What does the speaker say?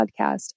podcast